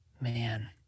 Man